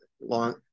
long